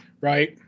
Right